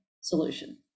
solution